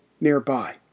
nearby